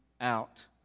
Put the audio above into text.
out